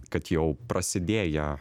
kad jau prasidėję